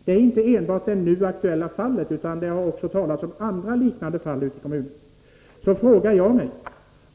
och det gäller inte enbart det nu aktuella fallet, utan det har också talats om andra, liknande fall ute i kommunerna — frågar jag mig